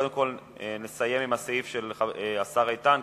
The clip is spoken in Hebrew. קודם נסיים עם הסעיף של השר איתן,